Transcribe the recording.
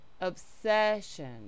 obsession